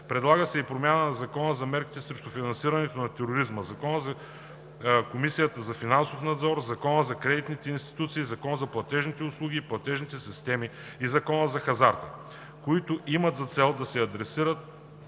Предлагат се и промени в Закона за мерките срещу финансирането на тероризма, Закона за Комисията за финансов надзор, Закона за кредитните институции, Закона за платежните услуги и платежните системи и Закона за хазарта, които имат за цел да се адресират